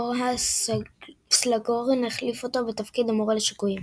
הוראס סלגהורן החליף אותו בתפקיד המורה לשיקויים.